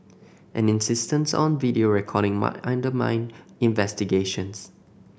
an insistence on video recording might undermine investigations